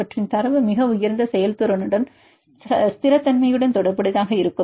அவற்றின் தரவு மிக உயர்ந்த செயல்திறனுடன் ஸ்திரத்தன்மையுடன் தொடர்புடையதாக இருக்கும்